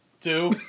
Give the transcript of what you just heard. Two